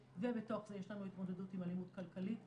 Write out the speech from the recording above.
ובתוך זה יש לנו התמודדות עם אלימות כלכלית.